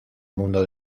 mundo